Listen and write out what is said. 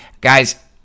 Guys